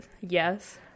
yes